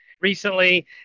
recently